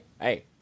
hey